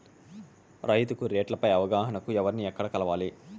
రైతుకు రేట్లు పై అవగాహనకు ఎవర్ని ఎక్కడ కలవాలి?